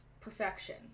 perfection